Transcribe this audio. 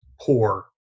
poor